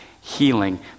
healing